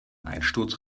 einsturz